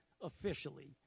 officially